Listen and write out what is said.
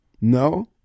No